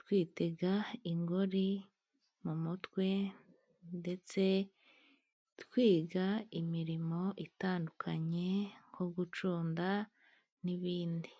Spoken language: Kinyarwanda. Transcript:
twitega ingori mu mutwe, ndetse twiga imirimo itandukanye nko gucunda n'ibindi.